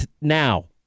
now